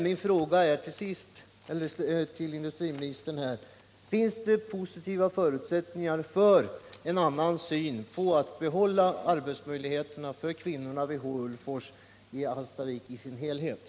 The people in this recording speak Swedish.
Min fråga till industriministern blir: Finns det positiva förutsättningar för en syn som innebär att arbetsmöjligheterna för samtliga kvinnor vid H. Ulvfors AB kan behållas?